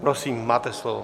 Prosím, máte slovo.